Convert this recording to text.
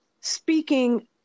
speaking